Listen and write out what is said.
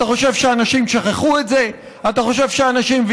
אתה חושב שאנשים שכחו את זה?